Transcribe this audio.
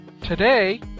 today